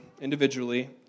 individually